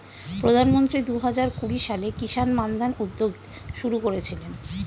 প্রধানমন্ত্রী দুহাজার কুড়ি সালে কিষান মান্ধান উদ্যোগ শুরু করেছিলেন